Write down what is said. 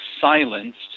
silenced